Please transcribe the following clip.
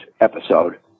episode